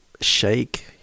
Shake